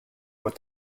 what